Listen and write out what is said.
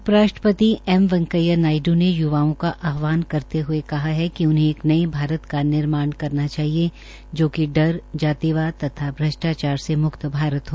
उप राष्ट्रपति एम वैकेंया नायडू ने य्वाओं का आहवान करते ह्ये कहा कि उन्हें एक नये भारत का निर्माण करना चाहिए जोकि डर जातिवाद तथा भ्रष्टाचार से मुक्त भारत हो